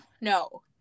No